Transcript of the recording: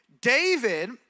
david